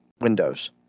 windows